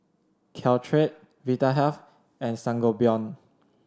Caltrate Vitahealth and Sangobion